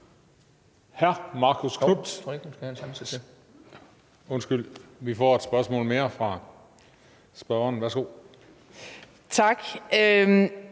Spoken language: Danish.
Tak.